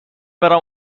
برم